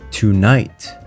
Tonight